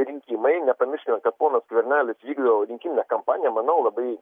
rinkimai nepamirškime kas ponas skvernelis vykdo rinkiminę kampaniją manau labai